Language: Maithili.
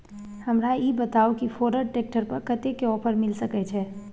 हमरा ई बताउ कि फोर्ड ट्रैक्टर पर कतेक के ऑफर मिलय सके छै?